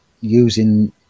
using